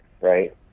right